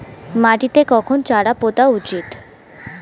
মাটিতে কখন চারা পোতা উচিৎ?